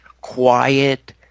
quiet